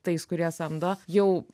tais kurie samdo jau